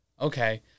Okay